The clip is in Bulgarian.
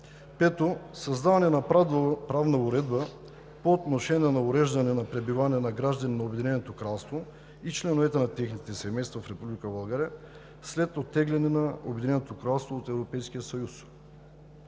пето, създаване на правна уредба по отношение на уреждане на пребиваване на граждани на Обединеното кралство и членовете на техните семейства в Република България след оттегляне на Обединеното кралство от